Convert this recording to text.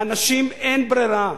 לאנשים אין ברירה.